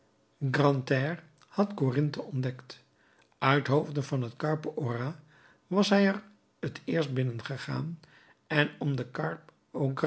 had corinthe ontdekt uit hoofde van het carpe horas was hij er t eerst binnengegaan en om de